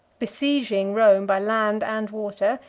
besieging rome by land and water,